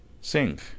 Sing